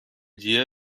جیه